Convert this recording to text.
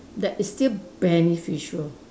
that is still beneficial